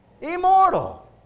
Immortal